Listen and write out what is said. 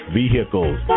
vehicles